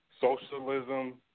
socialism